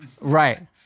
Right